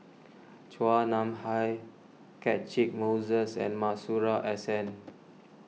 Chua Nam Hai Catchick Moses and Masuri S N